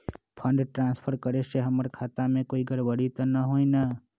Fund transfer करे से हमर खाता में कोई गड़बड़ी त न होई न?